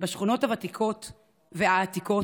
בשכונות הוותיקות והעתיקות,